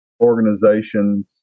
organizations